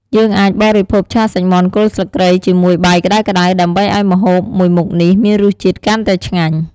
យើងអាចបរិភោគឆាសាច់មាន់គល់ស្លឹកគ្រៃជាមួយបាយក្តៅៗ ដើម្បីឱ្យម្ហូបមួយមុខនេះមានរសជាតិកាន់តែឆ្ងាញ់។